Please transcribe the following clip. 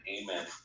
amen